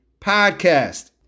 Podcast